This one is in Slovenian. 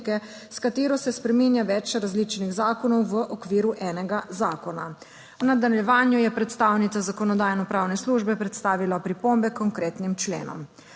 s katero se spreminja več različnih zakonov v okviru enega zakona. V nadaljevanju je predstavnica Zakonodajno-pravne službe predstavila pripombe h konkretnim členom.